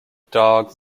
dog